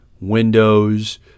windows